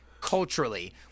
culturally